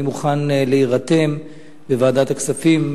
אני מוכן להירתם בוועדת הכספים,